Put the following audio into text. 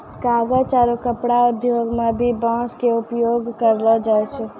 कागज आरो कपड़ा उद्योग मं भी बांस के उपयोग करलो जाय छै